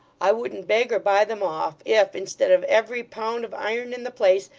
i wouldn't beg or buy them off, if, instead of every pound of iron in the place,